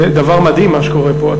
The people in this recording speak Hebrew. זה דבר מדהים מה שקורה פה.